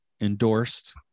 endorsed